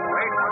Wait